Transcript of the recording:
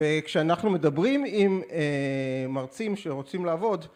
וכשאנחנו מדברים עם מרצים שרוצים לעבוד